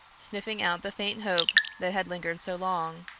snuffing out the faint hope that had lingered so long.